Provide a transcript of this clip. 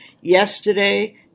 yesterday